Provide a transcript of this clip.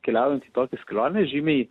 keliaujant į tokias keliones žymiai